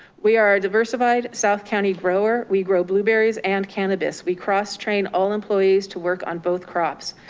we are a diversified south county grower. we grow blueberries and cannabis, we cross train all employees to work on both crops.